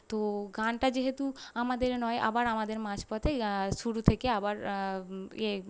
তো গানটা যেহেতু আমাদের নয় আবার আমাদের মাঝপথে শুরু থেকে আবার এ